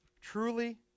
Truly